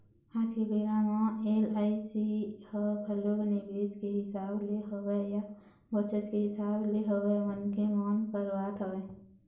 आज के बेरा म एल.आई.सी ह घलोक निवेस के हिसाब ले होवय या बचत के हिसाब ले होवय मनखे मन करवात हवँय